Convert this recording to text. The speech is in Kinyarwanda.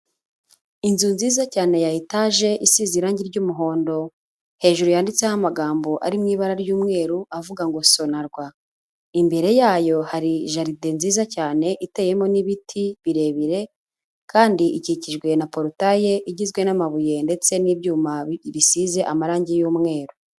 Inzu nziza cyane ya etage isize irange ry'umuhondo hejuru yanditseho amagambo ari mu ibara ry'umweru avuga ngo sonarwa, imbere yayo hari jaride nziza cyane iteyemo n'ibiti birebire kandi ikikijwe na porutaye igizwe n'amabuye ndetse n'ibyuma bisize amarangi y'umweru.